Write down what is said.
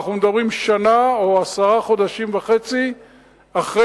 ואנחנו מדברים שנה או עשרה חודשים וחצי לאחר